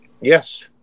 yes